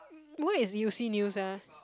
what is e_u_c news ah